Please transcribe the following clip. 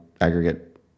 aggregate